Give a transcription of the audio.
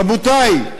רבותי,